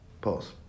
Pause